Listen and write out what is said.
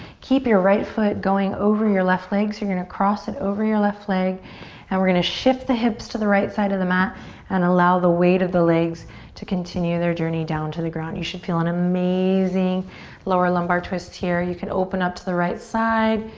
keep your right foot going over your left leg so you're gonna cross it over your left leg and we're gonna shift the hips to the right side of the mat and allow the weight of the legs to continue their journey down to the ground. you should feel and amazing lower lumbar twist here. you can open up to the right side.